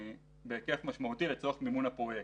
בהיקף משמעותי לצורך מימון הפרויקט.